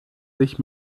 sich